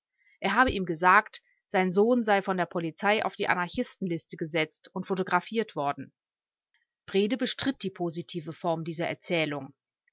er habe ihm gesagt sein sohn sei von der polizei auf die anarchistenliste gesetzt und photographiert worden brede bestritt die positive form dieser erzählung